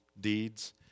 deeds